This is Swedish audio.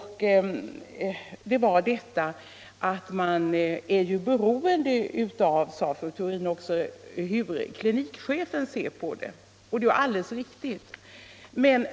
Hon sade att man när det gäller smärtlindring är beroende av hur klinikchefen ser på frågan, och det är alldeles riktigt.